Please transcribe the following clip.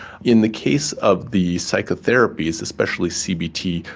in the case of the psychotherapies, especially cbt,